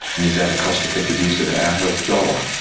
and is that a cost effective use of our health dollar?